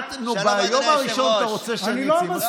ביום הראשון אתה רוצה שאני אוציא?